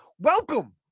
welcome